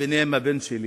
ביניהם גם את הבן שלי,